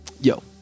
Yo